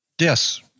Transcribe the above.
yes